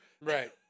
Right